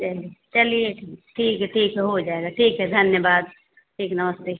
चलिए चलिए ठीक ठीक है ठीक है हो जाएगा ठीक है धन्यवाद ठीक है नमस्ते